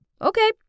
Okay